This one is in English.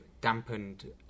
dampened